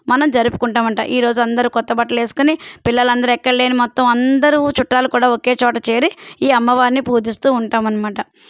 మనం జరుపుకుంటామట ఈ రోజు అందరూ క్రొత్త బట్టలు వేసుకొని పిల్లలందరూ ఎక్కడలేని మొత్తం అందరూ చుట్టాలు కూడా ఒకే చోట చేరి ఈ అమ్మవారిని పూజిస్తూ ఉంటామన్నమాట